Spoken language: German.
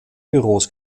büros